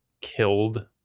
killed